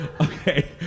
Okay